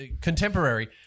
Contemporary